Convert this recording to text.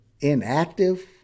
inactive